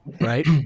right